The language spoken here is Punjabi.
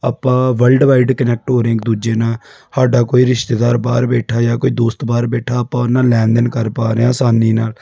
ਆਪਾਂ ਵਰਲਡਵਾਈਡ ਕਨੈਕਟ ਹੋ ਰਹੇ ਇੱਕ ਦੂਜੇ ਨਾਲ ਸਾਡਾ ਕੋਈ ਰਿਸ਼ਤੇਦਾਰ ਬਾਹਰ ਬੈਠਾ ਜਾਂ ਕੋਈ ਦੋਸਤ ਬਾਹਰ ਬੈਠਾ ਆਪਾਂ ਉਹ ਨਾਲ ਲੈਣ ਦੇਣ ਕਰ ਪਾ ਰਹੇ ਹਾਂ ਆਸਾਨੀ ਨਾਲ